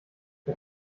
der